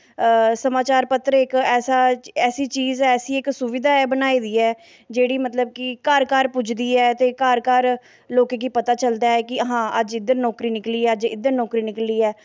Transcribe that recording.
समाचार पत्तर इक ऐसी चीज़ ऐ ऐसी सुविधा बनाई दी ऐ जेह्ड़ी मतलब कि घर घर पुज्जदी ऐ ते घर घर लोकें गी पता चलदा ऐ कि हां अज्ज इद्धर नौकरी निकली ऐ अज्ज इद्धर नौकरी निकली ऐ